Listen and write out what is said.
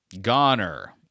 Goner